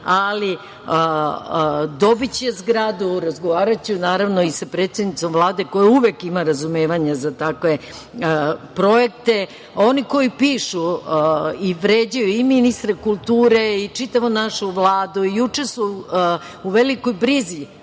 ali dobiće zgradu, razgovaraću naravno i sa predsednicom Vlade koja uvek ima razumevanja za takve projekte. Oni koji pišu i vređaju ministre kulture i čitavu našu Vladu, juče su u velikoj brizi